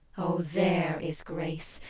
o there is grace,